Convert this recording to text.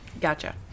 Gotcha